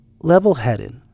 level-headed